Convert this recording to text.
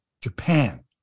Japan